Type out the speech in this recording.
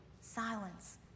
silence